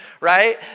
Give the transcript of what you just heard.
right